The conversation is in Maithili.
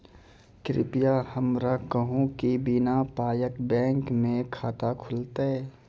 कृपया हमरा कहू कि बिना पायक बैंक मे खाता खुलतै?